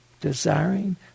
Desiring